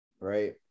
right